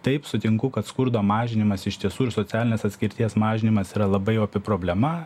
taip sutinku kad skurdo mažinimas iš tiesų ir socialinės atskirties mažinimas yra labai opi problema